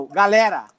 galera